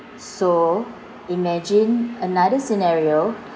so imagine another scenario